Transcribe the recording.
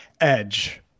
Edge